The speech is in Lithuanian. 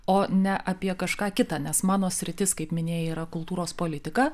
o ne apie kažką kita nes mano sritis kaip minėjai yra kultūros politika